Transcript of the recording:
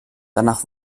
danach